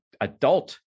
adult